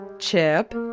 chip